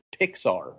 Pixar